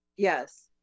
Yes